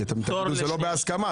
כי אתם תגידו שזה לא בהסכמה,